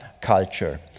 culture